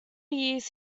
years